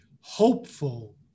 hopeful